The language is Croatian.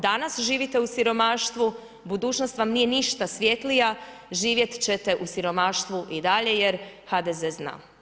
Danas živite u siromaštvu, budućnost vam nije ništa svjetlija, živjet ćete u siromaštvu i dalje jer HDZ zna.